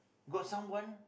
got someone